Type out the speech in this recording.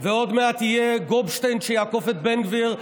ועוד מעט יהיה גופשטיין שיעקוף את בן גביר.